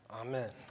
Amen